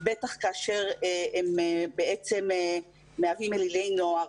בטח כאשר הם בעצם מהווים אלילי נוער,